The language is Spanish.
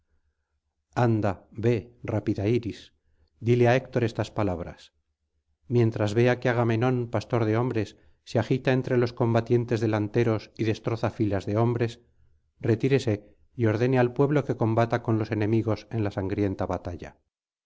anda ve rápida iris dile á héctor estas palabras mientras vea que agamenón pastor de hombres se agita entre los combatientes delanteros y destroza filas de hombres retírese y ordene al pueblo que combata con los enemigos en la sangrienta batalla